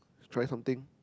try something